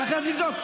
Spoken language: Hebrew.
תכף נבדוק.